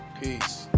Peace